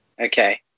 Okay